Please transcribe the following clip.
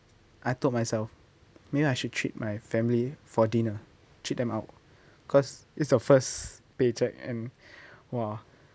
I told myself maybe I should treat my family for dinner treat them out cause it's the first paycheck and !wah!